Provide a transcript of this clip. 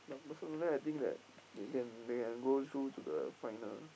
but personally I think that they can they can go through to the final